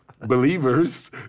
believers